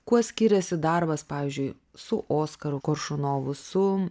kuo skiriasi darbas pavyzdžiui su oskaru koršunovu su